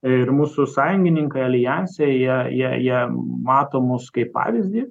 ir mūsų sąjungininkai aljanse jie jie jie mato mus kaip pavyzdį